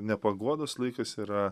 ne paguodos laikas yra